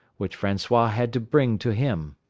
which francois had to bring to him.